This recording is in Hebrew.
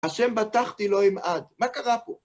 השם בטחתי, לא אמעד. מה קרה פה?